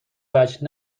وجه